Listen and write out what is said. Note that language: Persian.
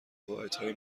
واحدهای